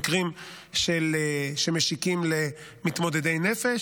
בעיקר במקרים שמשיקים למתמודדי נפש,